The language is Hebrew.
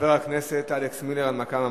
חבר הכנסת אלכס מילר, הנמקה מהמקום,